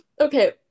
okay